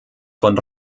von